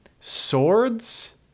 swords